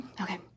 Okay